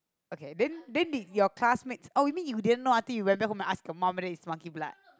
ok then then did your classmate oh you mean your didn't know until you went back home and ask his mom it's monkey blood